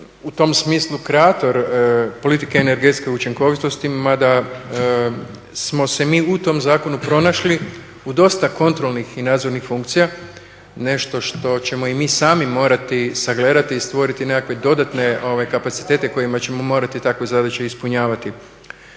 u tom smislu kreator politike energetske učinkovitosti, mada smo se mi u tom zakonu pronašli u dosta kontrolnih i nadzornih funkcija, nešto što ćemo i mi sami morati sagledati i stvoriti nekakve dodatne kapacitete kojima ćemo morati takve zadaće ispunjavati.